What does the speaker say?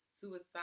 suicide